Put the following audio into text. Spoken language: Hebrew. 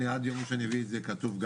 ואני עד יום שני אביא את זה כתוב,